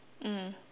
mm